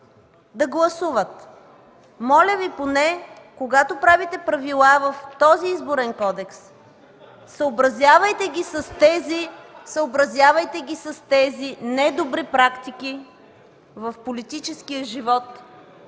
да гласуват. Моля Ви, поне когато правите правила в този Изборен кодекс, съобразявайте ги с тези недобри практики в политическия живот,